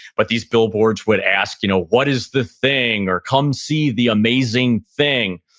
but these billboards would ask, you know what is the thing? or, come see the amazing thing.